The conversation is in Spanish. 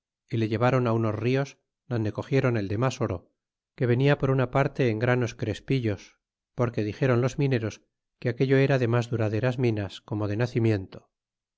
y le llevaron unos nos donde cogieron el demas oro que venia por su parte en granos crespillos porque dixeron los mineros que aquello era de mas duraderas minas como de nacimiento